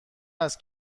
است